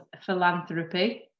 philanthropy